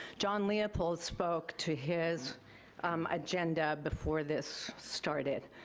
john leopold spoke to his agenda before this started.